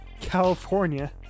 california